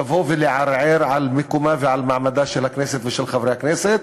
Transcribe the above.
לבוא ולערער על מיקומה ועל מעמדם של הכנסת ושל חברי הכנסת.